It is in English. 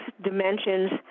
dimensions